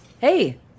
Hey